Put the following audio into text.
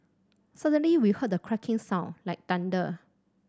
suddenly we heard a cracking sound like thunder